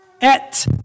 et